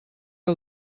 que